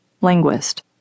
linguist